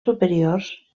superiors